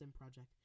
project